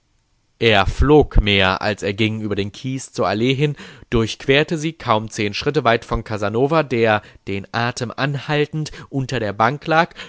er flog mehr als er ging über den kies zur allee hin durchquerte sie kaum zehn schritte weit von casanova der den atem anhaltend unter der bank lag